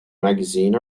magazine